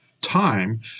time